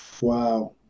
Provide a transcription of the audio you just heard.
Wow